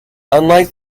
unlike